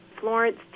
Florence